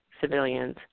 civilians